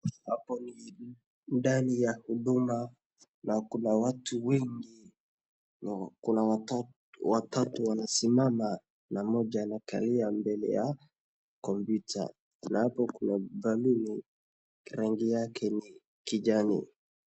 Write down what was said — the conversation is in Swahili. Hapo ni ndani ya huduma na Kuna watu wengi na Kuna watoto wanasimama na mmoja anakalia mbele ya komyuta na hapo Kuna baluni na rangi yake ni kijani